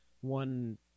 one